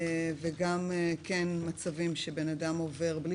וגם מצבים שאדם עובר בין מסגרות,